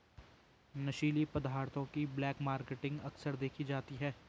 नशीली पदार्थों की ब्लैक मार्केटिंग अक्सर देखी जाती है